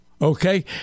okay